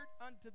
unto